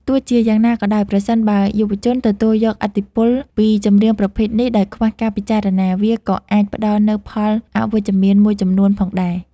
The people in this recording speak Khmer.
ទោះជាយ៉ាងណាក៏ដោយ ប្រសិនបើយុវជនទទួលយកឥទ្ធិពលពីចម្រៀងប្រភេទនេះដោយខ្វះការពិចារណា វាក៏អាចផ្ដល់នូវផលអវិជ្ជមានមួយចំនួនផងដែរ។